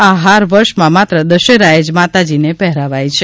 આ હાર વર્ષમાં માત્ર દશેરાએ જ માતાજીને પહેરાવાય છે